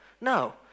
No